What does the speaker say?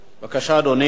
בבקשה, אדוני.